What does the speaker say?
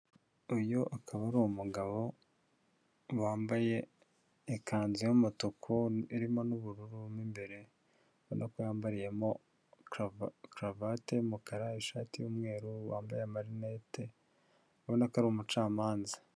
Uyu akaba ari umugabo wambaye ikanzu y'umutuku, irimo n'ubururu mu imbere ubona ko yambariyemo karavate y'umukara, ishati y'umweru, wambaye amarinete, ubona ko ari umucamanza.